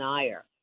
denier